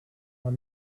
are